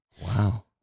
Wow